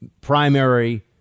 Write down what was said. primary